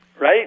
right